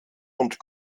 und